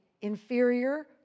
inferior